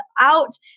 out